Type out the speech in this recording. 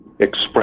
Express